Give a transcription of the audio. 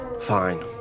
Fine